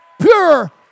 Pure